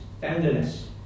tenderness